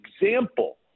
example